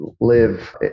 live